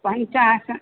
पञ्चासन्दाः